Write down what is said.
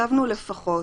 כתבנו לפחות.